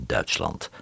Duitsland